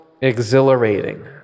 exhilarating